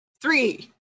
Three